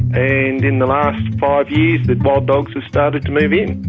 and in the last five years the wild dogs have started to move in.